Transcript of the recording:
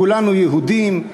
כולנו יהודים,